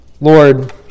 Lord